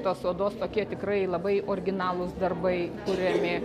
tos odos tokie tikrai labai originalūs darbai kuriami